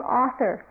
author